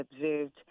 observed